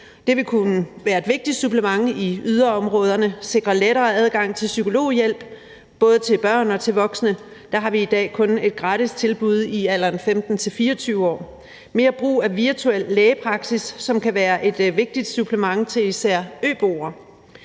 det vil kunne være et vigtigt supplement i yderområderne, sikre lettere adgang til psykologhjælp til både børn og voksne, hvor der i dag kun er gratistilbud til aldersgruppen 15-24 år, og via mere brug af virtuel lægepraksis, som kan være et vigtigt supplement til især øboere.